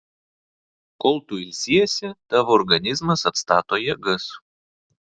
kol tu ilsiesi tavo organizmas atstato jėgas